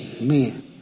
Man